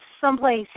someplace